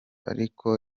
ariko